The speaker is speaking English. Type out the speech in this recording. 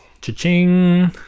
Cha-ching